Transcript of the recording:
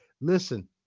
Listen